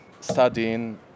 studying